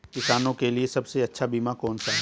किसानों के लिए सबसे अच्छा बीमा कौन सा है?